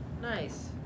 Nice